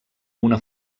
una